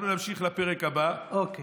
אנחנו נמשיך לפרק הבא.